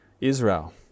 Israel